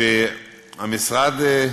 שהמשרד,